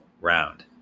round